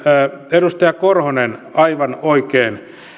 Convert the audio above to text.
edustaja korhonen aivan oikein